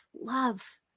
love